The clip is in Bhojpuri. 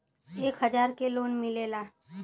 एक हजार के लोन मिलेला?